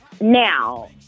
Now